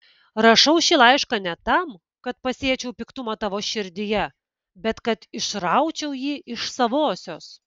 rašau šį laišką ne tam kad pasėčiau piktumą tavo širdyje bet kad išraučiau jį iš savosios